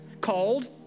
called